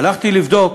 הלכתי לבדוק